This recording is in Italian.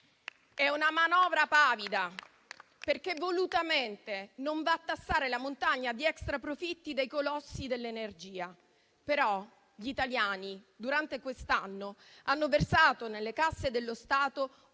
È una manovra pavida, perché volutamente non va a tassare la montagna di extra profitti dei colossi dell'energia. Però, gli italiani, durante quest'anno, hanno versato nelle casse dello Stato